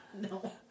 No